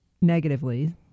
negatively